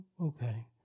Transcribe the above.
okay